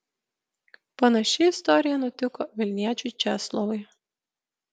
panaši istorija nutiko vilniečiui česlovui